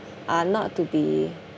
are not to be